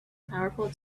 powerful